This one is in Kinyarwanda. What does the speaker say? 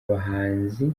bahanzi